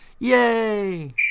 Yay